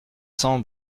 cents